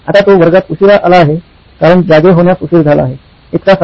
आता तो वर्गात उशीरा आला आहे कारण जागे होण्यास उशीर झाला आहे इतका साधा